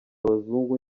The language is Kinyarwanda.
abazungu